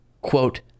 quote